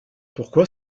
pourquoi